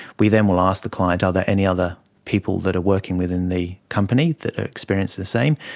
we then will ask the client are there any other people that are working within the company that are experiencing the same.